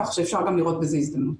כך שאפשר גם לראות בזה הזדמנות.